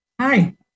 Hi